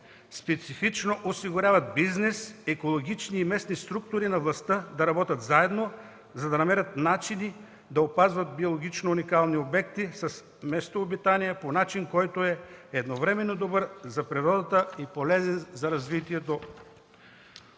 специфично осигуряват бизнес, екологични и местни структури на властта да работят заедно, за да намерят начини да опазват биологично уникални обекти с местообитания по начин, който е едновременно добър за природата и полезен за развитието.